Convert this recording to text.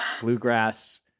bluegrass